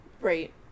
Right